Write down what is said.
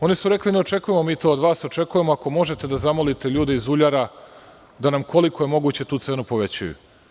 Oni su rekli – ne očekujemo mi to od vas, očekujemo ako možete da zamolite ljude iz uljara da nam koliko je moguće tu cenu povećaju.